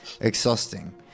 exhausting